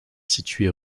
situé